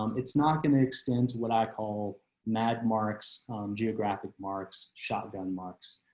um it's not going to extend what i call mad marks geographic marks shotgun marks.